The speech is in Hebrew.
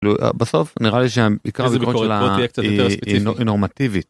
בסוף נראה לי שעיקר הביקורת שלה היא נורמטיבית.